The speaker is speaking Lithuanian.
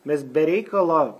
mes be reikalo